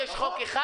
אם תכשירו ואם